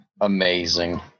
amazing